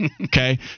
okay